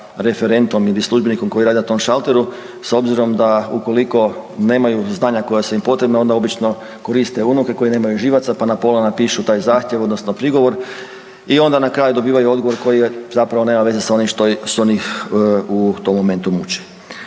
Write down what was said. referentom ili službenikom koji radi na tom šalteru s obzirom da ukoliko nemaju znanja koja su im potrebna onda obično koriste unuke koji nemaju živaca pa na pola napišu taj zahtjev odnosno prigovor i onda na kraju dobivaju odgovor koji zapravo nema veze s onim što njih u tom momentu muči.